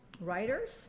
writers